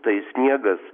tai sniegas